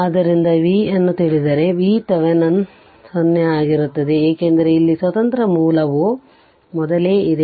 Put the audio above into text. ಆದ್ದರಿಂದ ವಿ ಅನ್ನು ತಿಳಿದಿದ್ದರೆ ವಿ ಥೆವೆನಿನ್ 0 ಆಗಿರುತ್ತದೆ ಏಕೆಂದರೆ ಇಲ್ಲಿ ಸ್ವತಂತ್ರ ಮೂಲವು ಮೊದಲೇ ಇದೆ